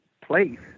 place